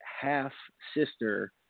half-sister